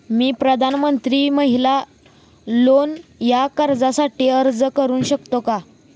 मी प्रधानमंत्री महिला लोन या कर्जासाठी अर्ज करू शकतो का?